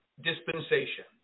dispensation